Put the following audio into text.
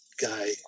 guy